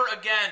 again